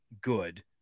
good